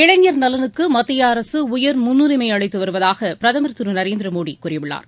இளைஞர் நலனுக்கு மத்திய அரசு உயர் முன்னுரிமை அளித்து வருவதாக பிரதமர் திரு நரேந்திர மோடி கூறியுள்ளார்